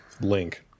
link